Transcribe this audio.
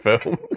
films